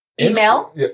email